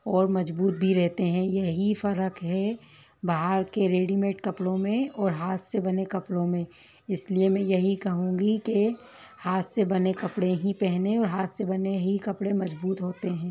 और मजबूत भी रहते हैं यही फ़र्क है बाहर के रेडीमेड कपड़ों में और हाथ से बने कपड़ों में इसलिए मैं यही कहूंगी कि हाथ से बने कपड़े ही पहने और हाथ से बने ही कपड़े मजबूत होते हैं